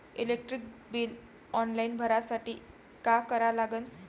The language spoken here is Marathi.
इलेक्ट्रिक बिल ऑनलाईन भरासाठी का करा लागन?